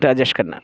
Rajesh Khanna